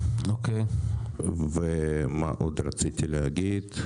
מה עוד רציתי להגיד?